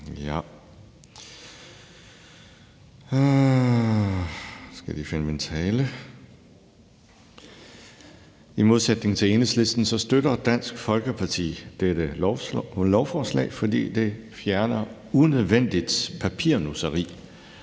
I modsætning til Enhedslisten støtter Dansk Folkeparti dette lovforslag, fordi det fjerner unødvendigt papirnusseri.